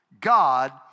God